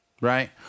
Right